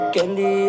Candy